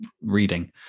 reading